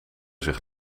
zich